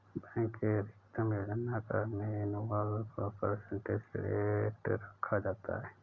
bank के अधिकतम योजना पर एनुअल परसेंटेज रेट रखा जाता है